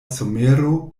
somero